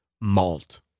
malt